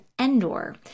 Endor